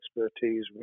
expertise